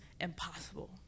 impossible